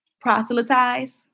proselytize